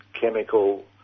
chemical